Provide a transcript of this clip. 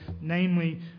namely